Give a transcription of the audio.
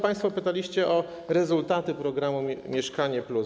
Państwo pytaliście o rezultaty programu „Mieszkanie+”